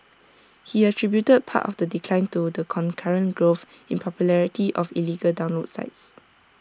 he attributed part of the decline to the concurrent growth in popularity of illegal download sites